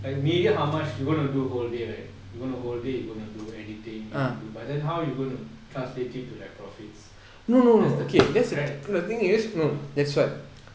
like media how much you going to do whole day right you going to whole day you going to do editing like I do but then how you going to translate it to like profits that's the thing correct (uh huh)